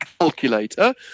calculator